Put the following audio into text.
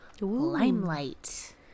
Limelight